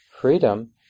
freedom